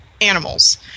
animals